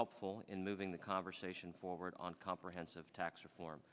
helpful in living the conversation forward on comprehensive tax reform